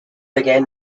began